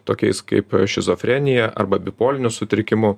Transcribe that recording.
tokiais kaip šizofrenija arba bipoliniu sutrikimu